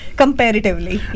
comparatively